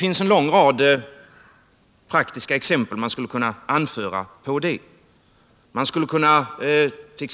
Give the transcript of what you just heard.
En lång rad praktiska exempel skulle kunna anföras på mutaffärer.